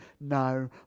no